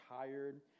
tired